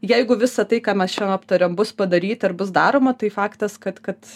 jeigu visa tai ką mes šian aptarėm bus padaryta ir bus daroma tai faktas kad kad